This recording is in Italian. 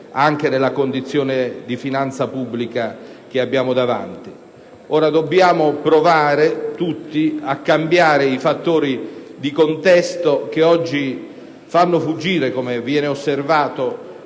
anche della condizione di finanza pubblica che abbiamo davanti. Dobbiamo provare tutti a cambiare i fattori di contesto che oggi fanno spesso fuggire, come osservato,